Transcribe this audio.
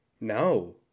No